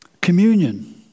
Communion